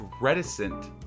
reticent